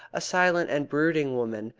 a silent and brooding woman,